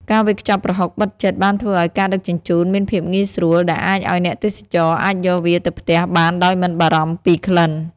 ការវេចខ្ចប់ប្រហុកបិទជិតបានធ្វើឱ្យការដឹកជញ្ជូនមានភាពងាយស្រួល ដែលអាចឱ្យអ្នកទេសចរណ៍អាចយកវាទៅផ្ទះបានដោយមិនបារម្ភពីក្លិន។